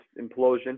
implosion